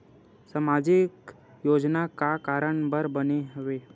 सामाजिक योजना का कारण बर बने हवे?